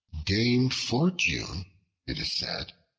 dame fortune, it is said,